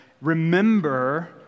Remember